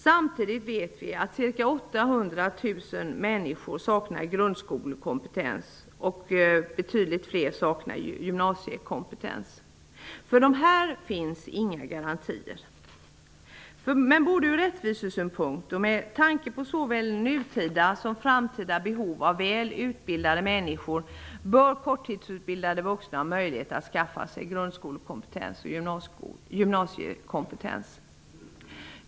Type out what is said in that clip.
Samtidigt saknar ca 800 000 svenskar grundskolekompetens, och betydligt fler saknar gymnasiekompetens. För dessa finns inga garantier. Både ur rättvisesynpunkt och med tanke på såväl nutida som framtida behov av väl utbildade människor bör korttidsutbildade vuxna ha möjlighet att skaffa sig grundskole och gymnasiekompetens.